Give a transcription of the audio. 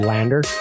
Lander